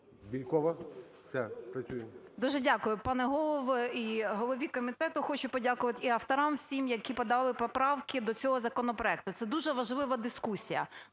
БЄЛЬКОВА О.В. Дуже дякую, пане Голово. І голові комітету хочу подякувати, і авторам всім, які подали поправки до цього законопроекту. Це дуже важлива дискусія.